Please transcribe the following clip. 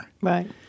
Right